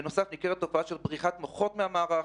בנוסף, ניכרת תופעה של "בריחת מוחות" מהמערך